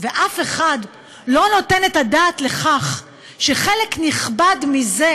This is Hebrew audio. ואף אחד לא נותן את הדעת על כך שחלק נכבד מזה